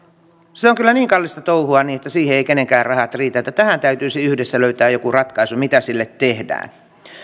se on kyllä niin kallista touhua että siihen eivät kenenkään rahat riitä että tähän täytyisi yhdessä löytää joku ratkaisu että mitä sille tehdään